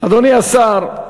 אדוני השר,